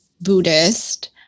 Buddhist